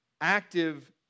active